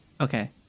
Okay